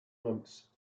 months